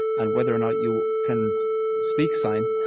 and whether or not you can speak sign,